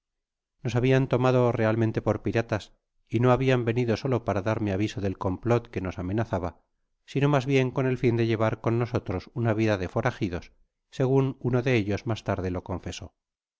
nos habian tamado realmente por piratas y no habian venido solo para darme aviso del complot que dos amenazará sino mas bien con el fin de llevar con nosotros una vida de foragidos segun uno de ellos mas tafde lo confesó